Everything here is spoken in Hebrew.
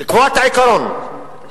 דאג שהמדינה תיחתך על-פי פרמטר